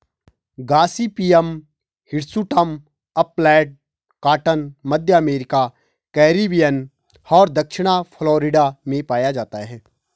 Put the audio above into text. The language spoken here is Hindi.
गॉसिपियम हिर्सुटम अपलैंड कॉटन, मध्य अमेरिका, कैरिबियन और दक्षिणी फ्लोरिडा में पाया जाता है